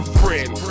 friend